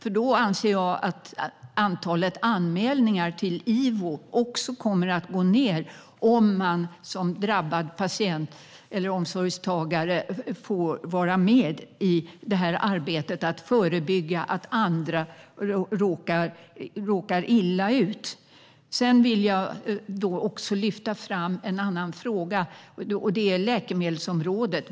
Jag anser att antalet anmälningar till Ivo också kommer att gå ned om man som drabbad patient eller omsorgstagare får vara med i arbetet med att förebygga att andra råkar illa ut. Jag vill också lyfta fram en annan fråga, nämligen läkemedelsområdet.